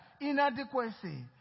inadequacy